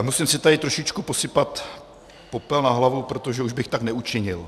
Musím si tady trošičku posypat popel na hlavu, protože už bych tak neučinil.